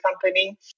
company